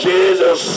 Jesus